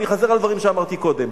אני חוזר על דברים שאמרתי קודם: